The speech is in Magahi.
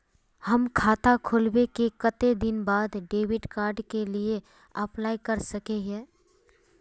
हम खाता खोलबे के कते दिन बाद डेबिड कार्ड के लिए अप्लाई कर सके हिये?